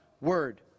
word